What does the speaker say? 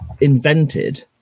invented